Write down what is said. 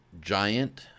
Giant